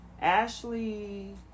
Ashley